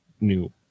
new